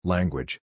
Language